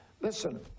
listen